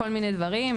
כל מיני דברים,